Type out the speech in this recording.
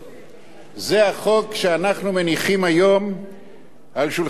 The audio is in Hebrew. זה החוק שאנחנו מניחים היום על שולחנה של הכנסת.